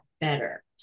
better